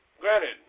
granted